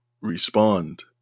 respond